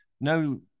no